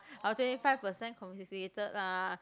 or say five percent confiscated lah